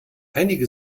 einige